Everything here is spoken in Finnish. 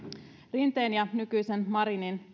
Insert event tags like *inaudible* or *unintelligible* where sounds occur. rinteen ja nykyisin marinin *unintelligible*